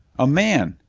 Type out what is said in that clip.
a man!